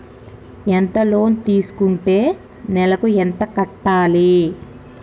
ఎంత లోన్ తీసుకుంటే నెలకు ఎంత కట్టాలి?